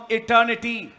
eternity